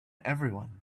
everyone